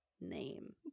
name